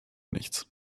nichts